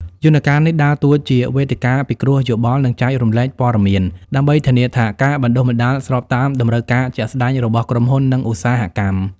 យន្តការនេះដើរតួជាវេទិកាពិគ្រោះយោបល់ និងចែករំលែកព័ត៌មាន ដើម្បីធានាថាការបណ្តុះបណ្តាលស្របតាមតម្រូវការជាក់ស្តែងរបស់ក្រុមហ៊ុន និងឧស្សាហកម្ម។